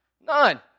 None